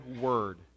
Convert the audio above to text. word